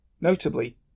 Notably